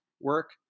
work